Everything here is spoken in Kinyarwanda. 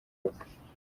ubukwe